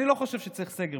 אני לא חושב שצריך סגר,